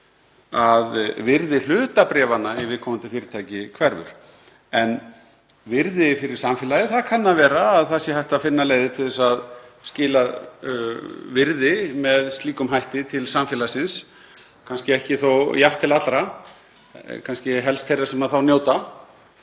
að virði hlutabréfanna í viðkomandi fyrirtæki hverfur. En virði fyrir samfélagið, það kann að vera að hægt sé að finna leiðir til þess að skila virði með slíkum hætti til samfélagsins, kannski ekki þó jafnt til allra, kannski helst til þeirra sem njóta.